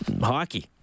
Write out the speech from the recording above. hockey